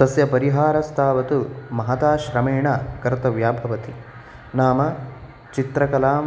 तस्य परिहारस्तावत् महता श्रमेण कर्तव्या भवति नाम चित्रकलां